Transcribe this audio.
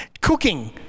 cooking